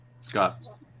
Scott